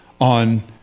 on